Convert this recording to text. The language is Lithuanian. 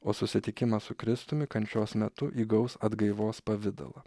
o susitikimas su kristumi kančios metu įgaus atgaivos pavidalą